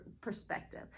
perspective